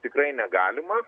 tikrai negalima